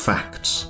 Facts